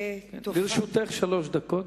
לרשותך שלוש דקות.